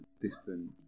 distant